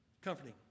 Comforting